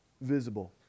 visible